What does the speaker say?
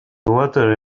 water